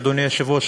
אדוני היושב-ראש,